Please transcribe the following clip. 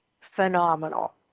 phenomenal